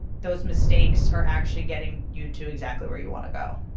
those mistakes are actually getting you to exactly where you want to go.